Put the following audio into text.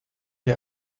der